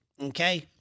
Okay